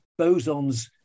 bosons